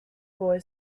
boy